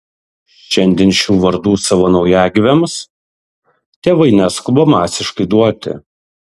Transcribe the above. šiandien šių vardų savo naujagimiams tėvai neskuba masiškai duoti